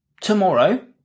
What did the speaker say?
tomorrow